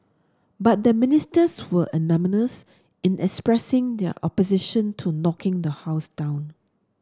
but the Ministers were unanimous in expressing their opposition to knocking the house down